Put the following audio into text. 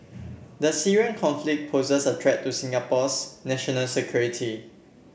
the Syrian conflict poses a threat to Singapore's national security